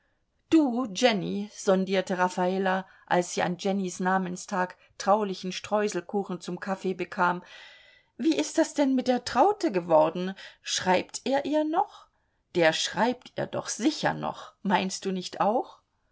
du jenny sondierte raffala als sie an jennys namenstag traulichen streuselkuchen zum kaffee bekam wie ist das denn mit der traute geworden schreibt er ihr noch der schreibt ihr doch sicher noch meinst du nicht auch